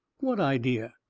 what idea?